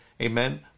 Amen